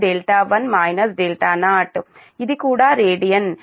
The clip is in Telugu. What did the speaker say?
48 ఇది 1 0 ఇది కూడా రేడియన్ 1